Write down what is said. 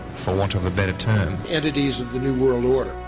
for want of a better term. entities of the new world order.